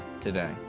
today